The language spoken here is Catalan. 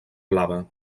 blava